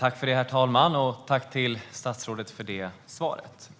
Herr talman! Jag tackar statsrådet för svaret.